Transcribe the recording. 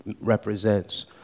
represents